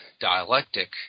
dialectic